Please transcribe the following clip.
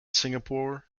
singapore